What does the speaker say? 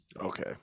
okay